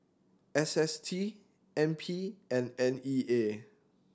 S S T N P and N E A